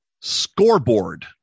Scoreboard